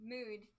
Mood